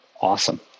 Awesome